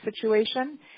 situation